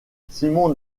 simon